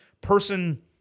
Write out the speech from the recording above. person